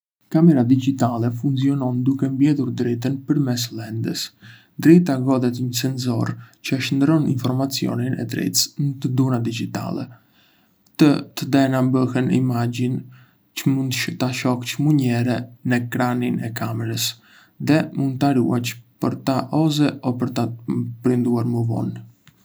Kamera dixhitale funksionon duke mbledhur dritën përmes lentes. Drita godet një sensor që e shndërron informacionin e dritës në të dhëna dixhitale. ktò të dhëna bëhen imazhi që mund ta shohësh menjëherë në ekranin e kamerës dhe mund ta ruash për ta parë ose printuar më vonë.